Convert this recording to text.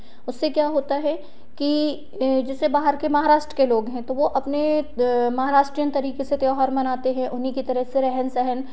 उससे क्या होता है कि जैसे बाहर के महाराष्ट्र के लोग हैं तो वह अपने महाराष्ट्रीयन तरीके से त्योहार मनाते हैं उनकी तरह से रहन सहन